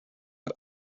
hat